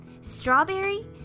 strawberry